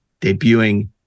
debuting